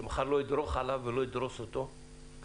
שמחר לא ידרוך עליו ולא ידרוס אותו כלכלית.